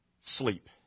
sleep